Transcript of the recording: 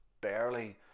barely